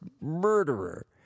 murderer